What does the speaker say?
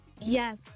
Yes